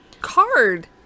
Card